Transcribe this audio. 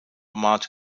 much